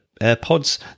AirPods